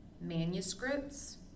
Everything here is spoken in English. manuscripts